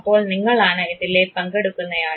അപ്പോൾ നിങ്ങളാണ് ഇതിലെ പങ്കെടുക്കുന്നയാൾ